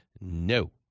No